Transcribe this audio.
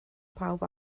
pawb